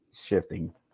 shifting